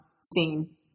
scene